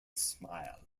smile